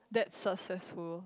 that's successful